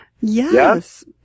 yes